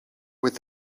with